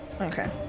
Okay